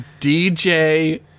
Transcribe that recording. DJ